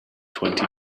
twenty